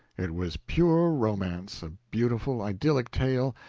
it was pure romance, a beautiful, idyllic tale,